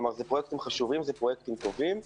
כלומר, אלה פרויקטים חשובים, אלה פרויקטים טובים,